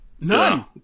none